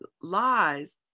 lies